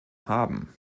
haben